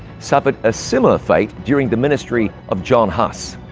suffered a similar fate during the ministry of john huss.